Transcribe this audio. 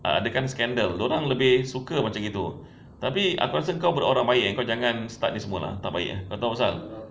tak ada kan scandal dia orang lebih suka macam gitu tapi aku rasa kau orang baik kau jangan start ini semua lah tak baik kau tahu asal